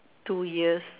two ears